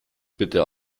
bitte